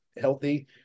healthy